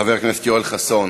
חבר הכנסת יואל חסון,